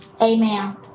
Amen